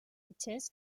fitxers